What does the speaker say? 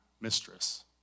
mistress